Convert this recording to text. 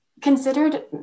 considered